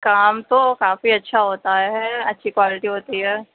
کام تو کافی اچھا ہوتا ہے اچھی کوالٹی ہوتی ہے